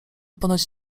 ponoć